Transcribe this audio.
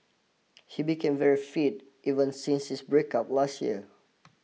he became very fit even since his breakup last year